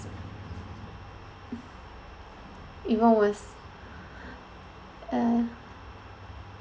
was uh